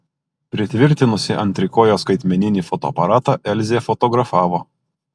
pritvirtinusi ant trikojo skaitmeninį fotoaparatą elzė fotografavo